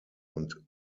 und